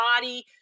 body